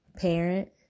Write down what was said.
parent